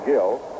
Gill